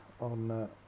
on